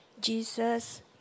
Jesus